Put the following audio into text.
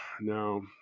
no